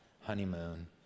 honeymoon